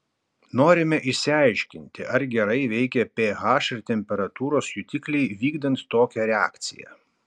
norime išsiaiškinti ar gerai veikia ph ir temperatūros jutikliai vykdant tokią reakciją